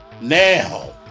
Now